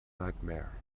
nightmare